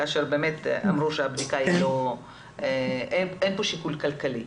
כאשר באמת אמרו שאין כאן שיקול כלכלי.